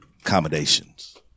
accommodations